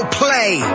play